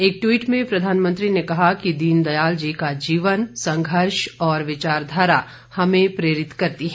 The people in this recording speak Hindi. एक ट्वीट में प्रधानमंत्री ने कहा कि दीनदयाल जी का जीवन संघर्ष और विचारधारा हमें प्रेरित करती है